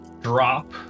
drop